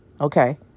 Okay